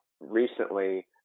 recently